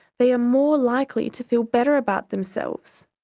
they are more likely to feel better about themselves.